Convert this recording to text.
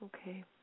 Okay